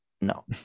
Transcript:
no